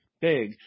big